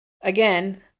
Again